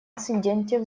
инциденте